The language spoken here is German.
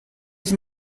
ich